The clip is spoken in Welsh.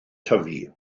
tyfu